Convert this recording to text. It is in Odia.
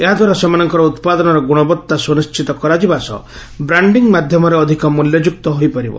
ଏହାଦ୍ୱାରା ସେମାନଙ୍କ ଉପାଦନର ଗୁଣବଉା ସୁନିଶ୍ୱିତ କରାଯିବା ସହ ବ୍ରାଣ୍ଡିଂଙ୍ଗ୍ ମାଧ୍ଧମରେ ଅଧିକ ମୂଲ୍ୟଯୁକ୍ତ ହୋଇପାରିବ